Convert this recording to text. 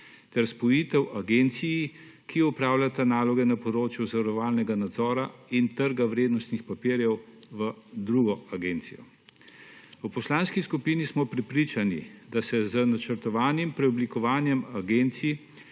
ter spojitev agencij, ki opravljata naloge na področju zavarovalnega nadzora in trga vrednostnih papirjev, v drugo agencijo. V poslanski skupini smo prepričani, da se z načrtovanim preoblikovanjem agencij